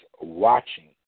watching